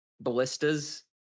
ballistas